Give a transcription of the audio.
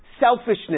selfishness